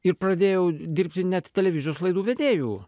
ir pradėjau dirbti net televizijos laidų vedėju